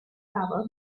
power